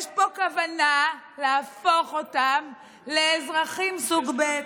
יש פה כוונה להפוך אותם לאזרחים סוג ב'.